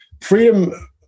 freedom